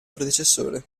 predecessore